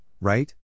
right